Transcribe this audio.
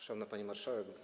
Szanowna Pani Marszałek!